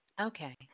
Okay